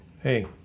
Hey